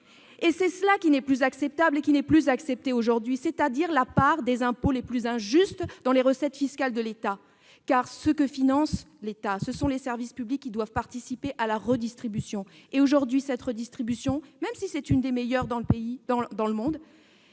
Voilà ce qui n'est plus acceptable, ce qui n'est plus accepté : la part des impôts les plus injustes dans les recettes fiscales de l'État, car, ce que finance l'État, ce sont les services publics qui doivent contribuer à la redistribution. Or cette redistribution, même si c'est l'une des meilleures au monde,